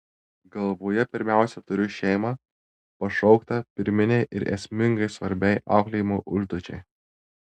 galvoje pirmiausia turiu šeimą pašauktą pirminei ir esmingai svarbiai auklėjimo užduočiai